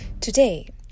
Today